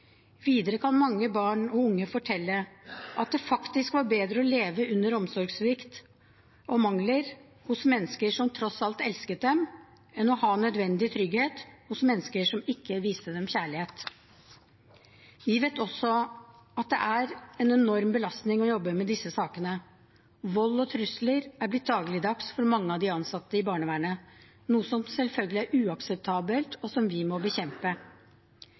Videre kan mange barn og unge fortelle at det faktisk var bedre å leve under omsorgssvikt og mangler hos mennesker som tross alt elsket dem, enn å ha nødvendig trygghet hos mennesker som ikke viste dem kjærlighet. Vi vet også at det er en enorm belastning å jobbe med disse sakene. Vold og trusler er blitt dagligdags for mange av de ansatte i barnevernet, noe som selvfølgelig er uakseptabelt, og som vi må bekjempe.